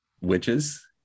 witches